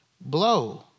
blow